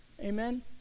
amen